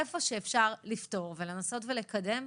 במקום שאפשר לפתור ולנסות ולקדם,